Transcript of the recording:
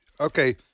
okay